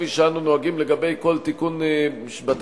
וכפי שאנו נוהגים לגבי כל תיקון בתקנון,